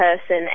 person